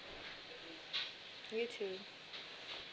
you too